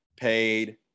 paid